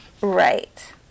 Right